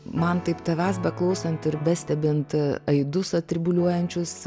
man taip tavęs beklausant ir bestebint aidus atribuliuojančius